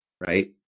right